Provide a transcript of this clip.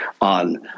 on